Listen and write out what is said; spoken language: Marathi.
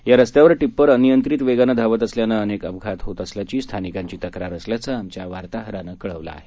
या रस्त्यावर टिप्पर अनियंत्रित वेगानं धावत असल्यानं अनेक अपघात होत असल्याची स्थानिकांची तक्रार असल्याचं आमच्या वार्ताहरानं कळवलं आहे